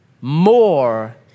more